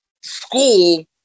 school